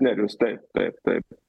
nerijus taip taip taip